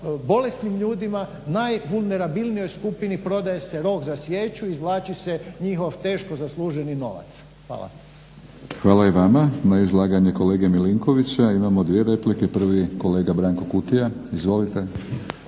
bolesnim ljudima, najvulnerabilnijoj skupini prodaje se rok za svijeću, izvlači se njihov teško zasluženi novac. Hvala. **Batinić, Milorad (HNS)** Hvala i vama. Na izlaganje kolege Milinkovića imamo dvije replike. Prvi kolega Branko Kutija. Izvolite.